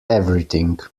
everything